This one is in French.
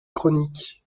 chronique